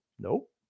Nope